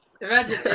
imagine